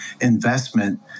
investment